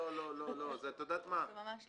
ממש לא.